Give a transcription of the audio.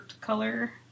color